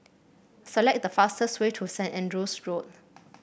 select the fastest way to Saint Andrew's Road